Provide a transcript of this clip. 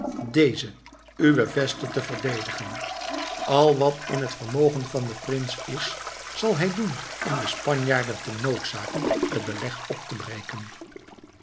deze uwe veste te verdedigen al wat in het vermogen van den prins is zal hij doen om de spanjaarden te noodzaken het beleg op te breken